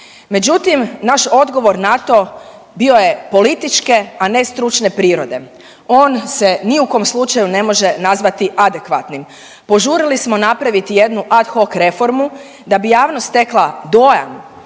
Međutim, naš odgovor na to bio je političke, a ne stručne prirode. On se ni u kom slučaju ne može nazvati adekvatnim. Požurili smo napraviti jednu ad hoc reformu da bi javnost stekla dojam,